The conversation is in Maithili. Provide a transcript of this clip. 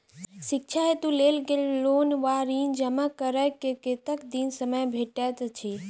शिक्षा हेतु लेल गेल लोन वा ऋण जमा करै केँ कतेक दिनक समय भेटैत अछि?